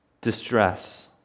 distress